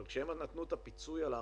אבל כשהם נתנו את הפיצוי על הארנונה,